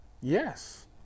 Yes